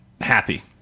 happy